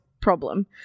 problem